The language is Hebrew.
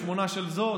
בשמונה של זאת?